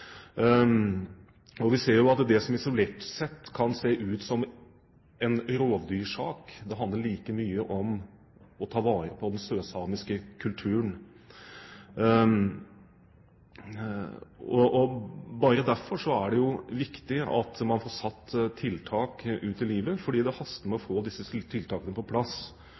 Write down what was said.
Vi ser jo at det som isolert sett kan se ut som en rovdyrsak, like mye handler om å ta vare på den sørsamiske kulturen. Derfor er det viktig at man får satt tiltak ut i livet, for det haster med å få disse tiltakene på plass